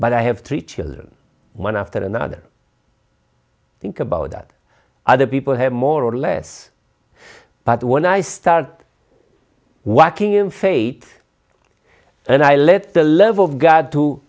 but i have three children one after another think about that other people have more or less but when i start whacking in fate and i let the love of god to